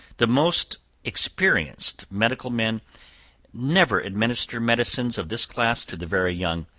the most experienced medical men never administer medicines of this class to the very young,